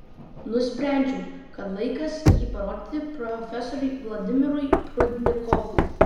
nusprendžiau kad laikas jį parodyti profesoriui vladimirui prudnikovui